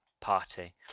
party